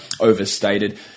overstated